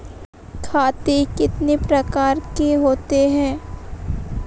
खाते कितने प्रकार के होते हैं?